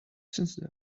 since